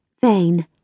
vain